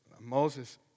Moses